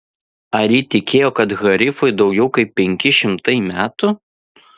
ar ji tikėjo kad harifui daugiau kaip penki šimtai metų